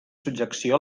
subjecció